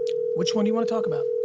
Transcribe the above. which one you want to talk about?